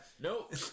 nope